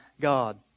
God